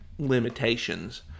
limitations